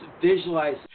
visualize